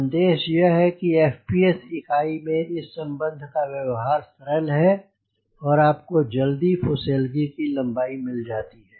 संदेश यह है कि FPS इकाई में इस सम्बन्ध का व्यवहार सरल है और आपको जल्दी फुसेलगे की लम्बाई मिल जाती है